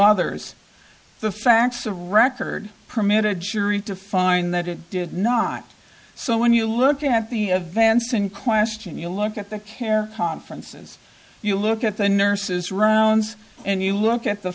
others the facts of record permitted jury to find that it did not so when you look at the a vance in question you look at the care conferences you look at the nurse's rounds and you look at the